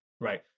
right